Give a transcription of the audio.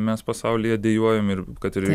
mes pasaulyje dejuojam ir kad ir